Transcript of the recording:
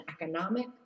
economic